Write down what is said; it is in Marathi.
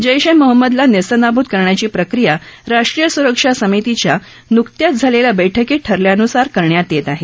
जैश ए महम्मदला नेस्तनाबूत करण्याची प्रक्रिया राष्ट्रीय सुरक्षा समितीच्या नुकत्याच झालेल्या बैठकीत ठरल्यानुसार करण्यात येत आहेत